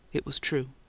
it was true.